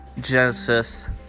Genesis